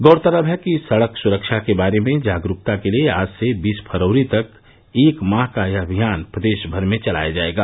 गौरतलब है कि सड़क सुरक्षा के बारे में जागरूकता के लिए आज से बीस फरवरी तक एक माह का यह अभियान प्रदेश भर में चलाया जायेगा